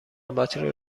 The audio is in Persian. باتری